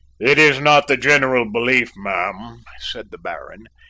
it is not the general belief, ma'am, said the baron,